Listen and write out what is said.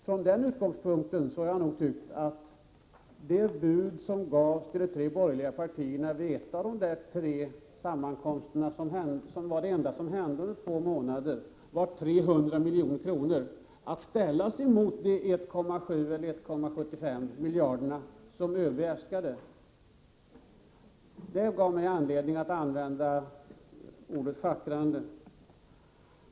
Från den utgångspunkten har jag allt tyckt att det bud som gavs till de tre borgerliga partierna vid en av de tre sammankomsterna —- som var det enda som hände under två månader — på 300 milj.kr. — att ställas mot de 1,7 eller 1,75 miljarder som ÖB äskade — gav mig anledning att använda ordet schackrande.